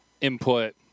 input